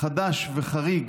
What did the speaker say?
חדש וחריג